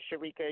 Sharika